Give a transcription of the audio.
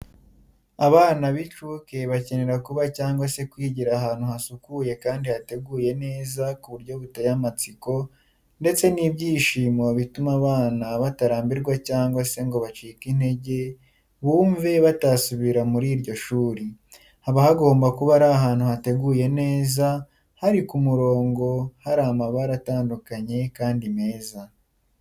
Abana b'incuke bakenera kuba cyangwa se kwigira ahantu hasukuye kandi hateguye neza kuburyo buteye amatsiko ndetse n'ibyishimo bituma abana batarambirwa cyangwa se ngo bacike intege bumve batasubira mu iri iryo shuri. Haba hagomba kuba ari ahantu hateguye neza hari ku murongo hari amabara atandukanye kandi meza.